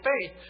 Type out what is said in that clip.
faith